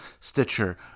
Stitcher